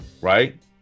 right